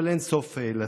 אבל אין סוף לצביעות.